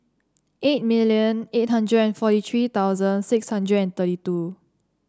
eight million eight hundred and forty three thousand six hundred and thirty two